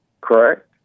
Correct